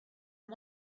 and